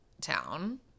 town